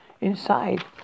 Inside